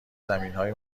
زمینهای